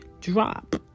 drop